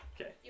Okay